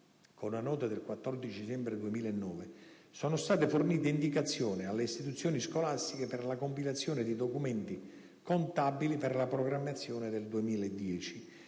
nota n. 9537 del 14 dicembre 2009, sono state fornite indicazioni alle istituzioni scolastiche per la compilazione dei documenti contabili per la programmazione del 2010,